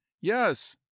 yes